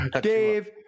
Dave